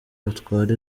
batware